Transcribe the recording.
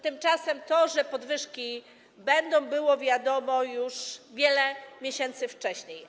Tymczasem to, że podwyżki będą, było wiadomo wiele miesięcy wcześniej.